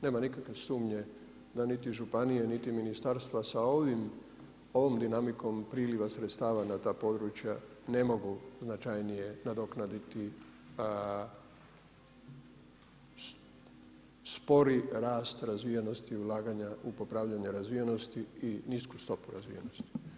Nema nikakve sumnje da niti županije niti ministarstva sa ovom dinamikom priliva sredstava na ta područja ne mogu značajnije nadoknaditi spori rast razvijenosti ulaganja u popravljanje razvijenosti i nisku stopu razvijenosti.